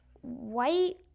white